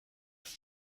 ist